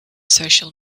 social